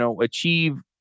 achieve